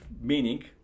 meaning